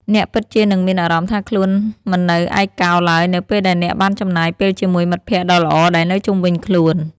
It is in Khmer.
អ្នកពិតជានឹងមានអារម្មណ៍ថាខ្លួនមិននៅឯកោឡើយនៅពេលដែលអ្នកបានចំណាយពេលជាមួយមិត្តភក្តិដ៏ល្អដែលនៅជុំវិញខ្លួន។